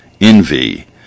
Envy